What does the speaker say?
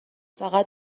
فقط